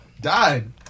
died